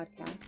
podcast